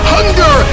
Hunger